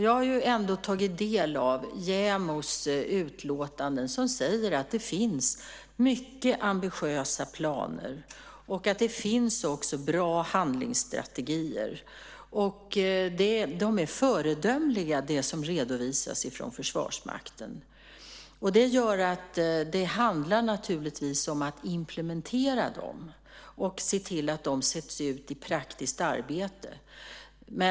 Jag har ändå tagit del av JämO:s utlåtanden som säger att det finns mycket ambitiösa planer och att det också finns bra handlingsstrategier. Det är föredömligt, det som redovisas från Försvarsmakten. Det handlar naturligtvis om att implementera det och se till att det sätts i praktiskt arbete.